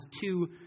two